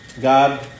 God